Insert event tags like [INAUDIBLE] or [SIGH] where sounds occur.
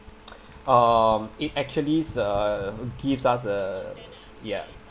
[NOISE] um it actually uh gives us uh yeah